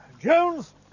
Jones